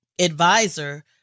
advisor